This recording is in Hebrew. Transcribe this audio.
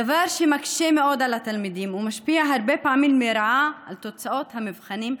דבר שמקשה מאוד על התלמידים ומשפיע הרבה פעמים לרעה על תוצאות המבחנים,